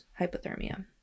hypothermia